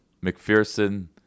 McPherson